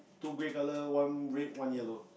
two grey colour one red one yellow